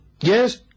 Yes